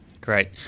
Great